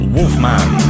Wolfman